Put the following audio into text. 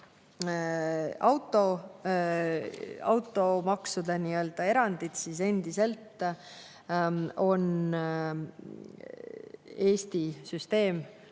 automaksude erandid, siis endiselt on Eesti süsteem